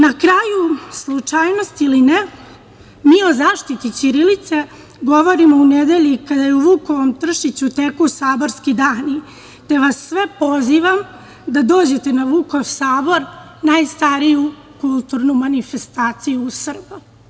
Na kraju, slučajnost ili ne, mi o zaštiti ćirilice govorimo u nedelji kada u Vukom Tršiću teku saborski dani, te vas sve pozivam da dođete na Vukov Sabor, najstariju kulturnu manifestaciju Srba.